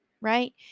right